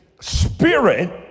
spirit